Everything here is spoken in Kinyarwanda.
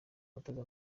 umutoza